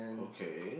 okay